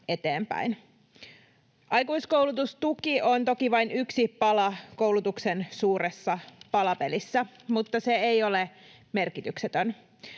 eteenpäin. Aikuiskoulutustuki on toki vain yksi pala koulutuksen suuressa palapelissä, mutta se ei ole merkityksetön.